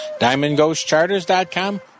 DiamondGhostCharters.com